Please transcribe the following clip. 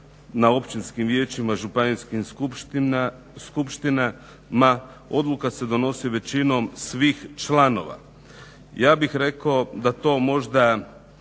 na općinskim vijećima, županijskim skupštinama odluka se donosi većinom svih članova, ja bih rekao da to možda